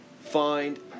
Find